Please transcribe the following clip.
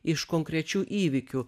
iš konkrečių įvykių